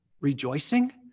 rejoicing